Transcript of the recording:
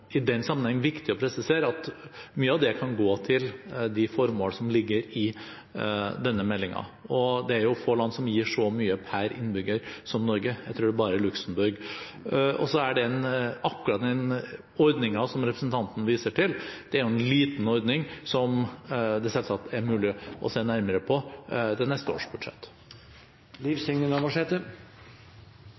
i den sammenheng viktig å presisere at mye av det kan gå til de formål som ligger i denne meldingen. Og det er jo få land som gir så mye per innbygger som Norge. Jeg tror det bare er Luxemburg. Så er akkurat den ordningen som representanten viser til, jo en liten ordning, som det selvsagt er mulig å se nærmere på ved neste års budsjett.